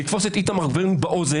לתפוס את איתמר בן גביר באוזן,